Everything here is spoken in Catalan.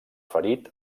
ferit